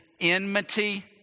enmity